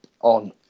on